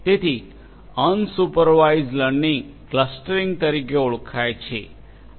તેથી unsupervised learning clustering તરીકે ઓળખાય છે